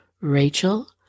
Rachel